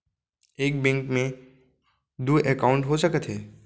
एक बैंक में दू एकाउंट हो सकत हे?